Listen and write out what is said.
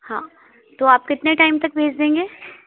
हाँ तो आप कितने टाइम तक भेज देंगे